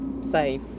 say